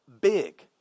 big